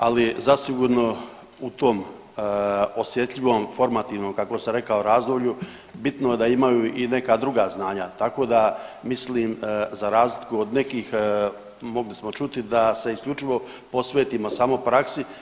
Ali zasigurno u tom osjetljivom formativnom kako sam rekao razdoblju bitno je da imaju i neka druga znanja, tako da mislim za razliku od nekih mogli smo čuti da se isključivo posvetimo samo praksi.